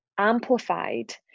amplified